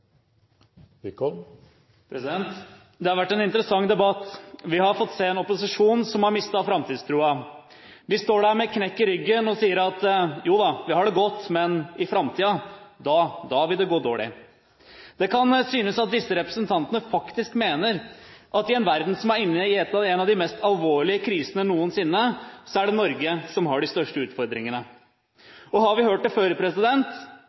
Det har vært en interessant debatt. Vi har fått se en opposisjon som har mistet framtidstroen. De står der med knekk i ryggen og sier at jo da, vi har det godt – men i framtida, da vil det gå dårlig. Det kan synes som om disse representantene faktisk mener at i en verden som er inne i en av de mest alvorlige krisene noensinne, så er det Norge som har de største utfordringene. Har vi hørt det før?